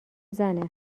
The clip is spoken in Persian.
زنه